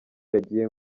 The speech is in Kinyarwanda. yagiye